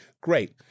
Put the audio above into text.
Great